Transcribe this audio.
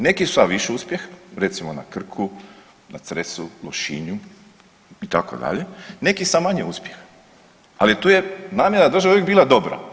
Neki sa više uspjeha, recimo na Krku, na Cresu, Lošinju, itd., neki sa manje uspjeha, ali tu je namjera države uvijek bila dobra.